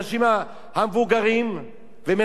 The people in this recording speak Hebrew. ומנסים לפתות אותם בכל מיני דרכים,